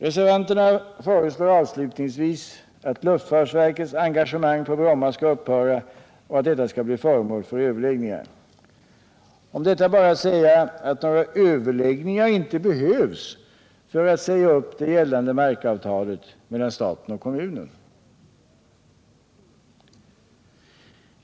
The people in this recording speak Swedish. Reservanterna föreslår avslutningsvis att luftfartsverkets engagemang när det gäller Bromma skall upphöra och att detta skall bli föremål för överläggningar. Om detta är bara att säga att några överläggningar inte behövs för att säga upp det gällande markavtalet mellan staten och kommunen.